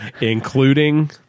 including